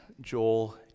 Joel